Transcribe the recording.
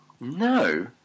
No